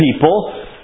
people